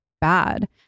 bad